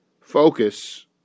focus